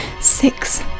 Six